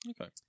Okay